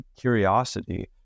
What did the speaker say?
curiosity